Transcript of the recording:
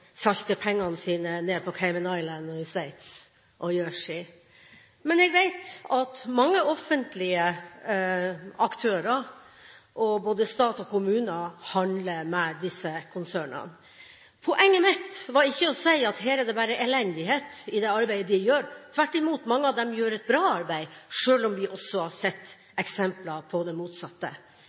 salter pengene sine ned på Cayman Islands, i Sveits og på Jersey. Men jeg vet at mange offentlige aktører, både stat og kommuner, handler med disse konsernene. Poenget mitt var ikke å si at det bare er elendighet i det arbeidet de gjør. Tvert imot, mange av dem gjør et bra arbeid, sjøl om vi også har sett eksempler på det motsatte.